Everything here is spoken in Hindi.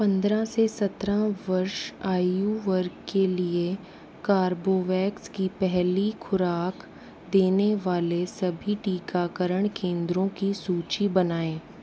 पन्द्रह से सत्रह वर्ष आयु वर्ग के लिए कार्बोवेक्स की पहली ख़ुराक देने वाले सभी टीकाकरण केन्द्रों की सूची बनाएँ